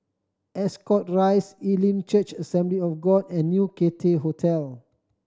Ascot Rise Elim Church Assembly of God and New Cathay Hotel